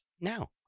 now